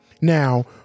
Now